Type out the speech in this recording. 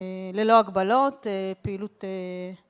ללא הגבלות, פעילות...